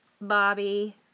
Bobby